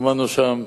שמענו שם,